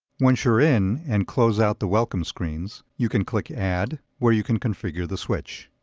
once you're in, and close out the welcome screens, you can click add, where you can configure the switch.